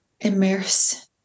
immerse